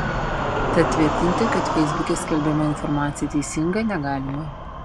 tad tvirtinti kad feisbuke skelbiama informacija teisinga negalima